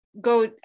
go